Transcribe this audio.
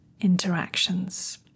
interactions